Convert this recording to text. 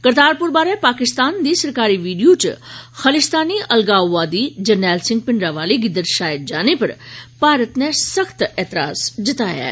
करतारपुर बारै पाकिस्तान दी सरकारी वीडियो च खालिस्तानी अलगाववादी जरनैल सिंह भिंडरांवाले गी दर्शाए जाने पर भारत नै सख्त ऐतराज़ जताया ऐ